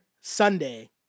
Sunday